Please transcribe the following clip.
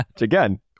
again